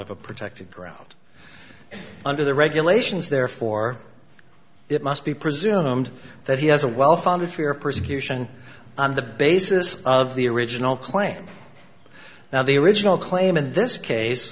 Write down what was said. a protected ground under the regulations therefore it must be presumed that he has a well founded fear of persecution on the basis of the original claim now the original claim in this case